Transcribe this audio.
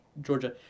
Georgia